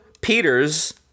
Peters